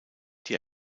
die